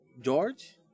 George